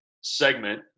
segment